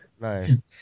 Nice